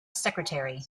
secretary